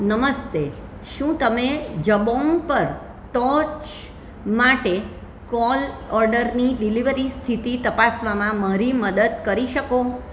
નમસ્તે શું તમે જબોંગ પર ટોર્ચ માટે કોલ ઓર્ડરની ડિલિવરી સ્થિતિ તપાસવામાં મારી મદદ કરી શકો